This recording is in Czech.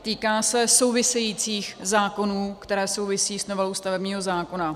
Týká se souvisejících zákonů, které souvisí s novelou stavebního zákona.